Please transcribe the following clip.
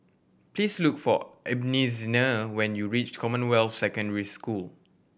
please look for Ebenezer when you reach Commonwealth Secondary School